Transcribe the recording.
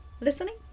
listening